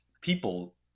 people